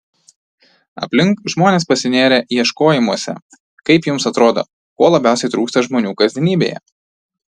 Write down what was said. aplink žmonės pasinėrę ieškojimuose kaip jums atrodo ko labiausiai trūksta žmonių kasdienybėje